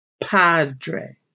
Padre